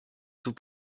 tout